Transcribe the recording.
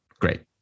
great